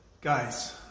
Guys